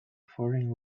foreign